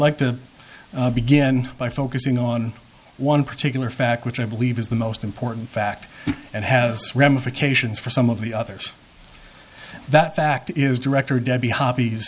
like to begin by focusing on one particular fact which i believe is the most important fact and has ramifications for some of the others that fact is director debbie hobbes